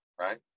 right